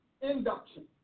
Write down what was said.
induction